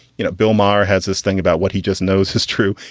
you know, bill marr has this thing about what he just knows his true.